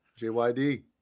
JYD